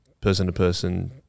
person-to-person